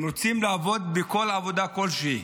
הם רוצים לעבוד בכל עבודה כלשהי.